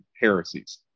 heresies